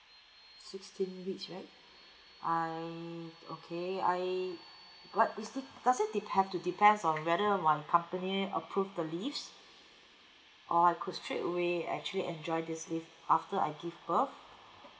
sixteen weeks right I okay I but is it does it has to depends on whether my company approve the leaves or I could straightaway actually enjoy this leave after I give birth